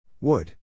Wood